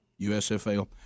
USFL